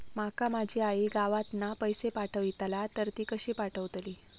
माका माझी आई गावातना पैसे पाठवतीला तर ती कशी पाठवतली?